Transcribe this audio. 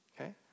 Okay